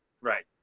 Right